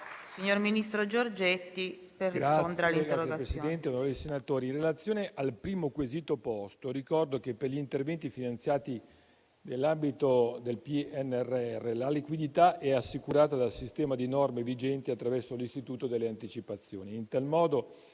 *ministro dell'economia e delle finanze*. Signor Presidente, onorevoli senatori, in relazione al primo quesito posto, ricordo che per gli interventi finanziati nell'ambito del PNRR la liquidità è assicurata dal sistema di norme vigenti attraverso l'istituto delle anticipazioni.